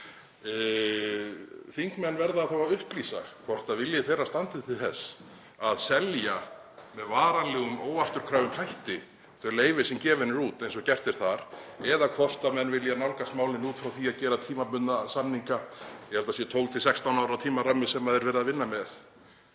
Þingmenn verða þá að upplýsa hvort vilji þeirra stendur til þess að selja með varanlegum óafturkræfum hætti þau leyfi sem gefin eru út, eins og gert er þar, eða hvort menn vilja nálgast málin út frá því að gera tímabundna samninga; ég held að það sé 12–16 ára tímarammi sem verið er að vinna með.